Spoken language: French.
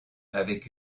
avec